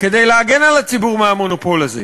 כדי להגן על הציבור מהמונופול הזה.